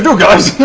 and guys?